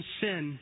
sin